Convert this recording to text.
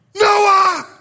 Noah